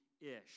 ish